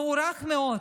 מוערך מאוד,